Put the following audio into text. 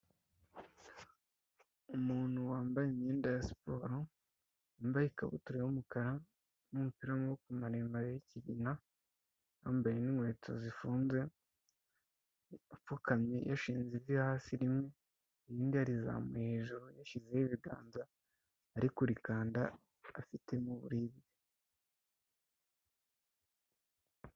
Umuntu wambaye imyenda ya siporo, wambaye ikabutura y'umukara n'umupira w'amaboko maremare w'ikigina, yambaye n'inkweto zifunze, apfukamye yashinze ivi hasi rimwe, irindi yarizamuye hejuru yashyizeho ibiganza, ari kurikanda afitemo uburibwe.